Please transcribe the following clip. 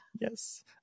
Yes